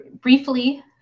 briefly